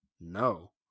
No